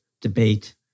debate